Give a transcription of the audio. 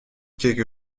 quelque